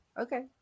okay